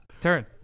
Turn